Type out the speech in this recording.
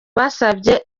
basabye